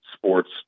Sports